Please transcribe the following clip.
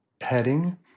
heading